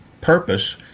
purpose